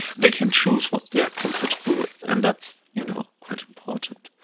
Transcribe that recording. they can choose what they're comfortable with. and that's you know quite important